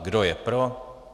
Kdo je pro?